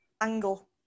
Angle